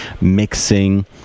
mixing